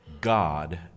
God